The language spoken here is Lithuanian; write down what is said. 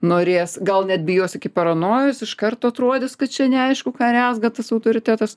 norės gal net bijos iki paranojos iš karto atrodys kad čia neaišku ką rezga tas autoritetas